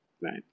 Right